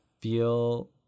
feel